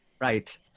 Right